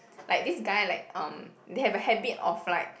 like this guy like um they have a habit of like